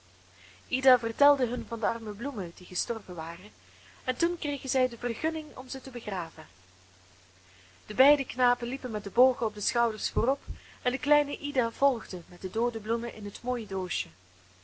ida vertelde hun van de arme bloemen die gestorven waren en toen kregen zij de vergunning om ze te begraven de beide knapen liepen met de bogen op de schouders voorop en de kleine ida volgde met de doode bloemen in het mooie doosje